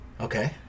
Okay